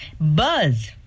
buzz